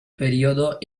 periodo